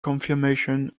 confirmation